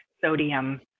sodium